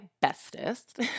bestest